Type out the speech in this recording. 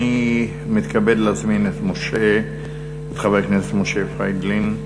אני מתכבד להזמין את חבר הכנסת משה פייגלין.